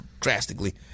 drastically